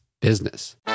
business